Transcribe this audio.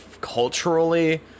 culturally